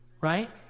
right